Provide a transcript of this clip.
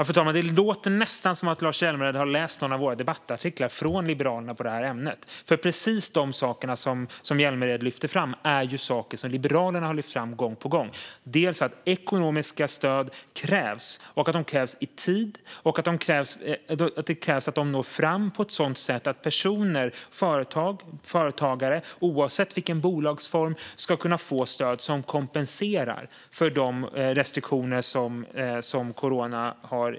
Fru talman! Det låter nästan som att Lars Hjälmered har läst någon av Liberalernas debattartiklar i detta ämne. Precis de saker som Hjälmered lyfter fram är saker som Liberalerna gång på gång har lyft fram. Ekonomiska stöd krävs, och de krävs i tid. Det krävs att de når fram. Personer och företag, oavsett bolagsform, ska kunna få stöd som kompenserar för coronarestriktionerna.